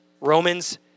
Romans